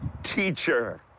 Teacher